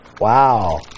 Wow